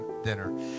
dinner